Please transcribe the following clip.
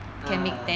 ah